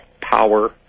power